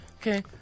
okay